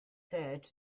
said